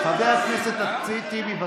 חבר הכנסת טיבי, שב,